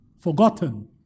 Forgotten